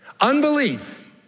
Unbelief